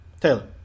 Taylor